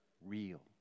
real